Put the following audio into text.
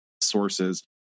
sources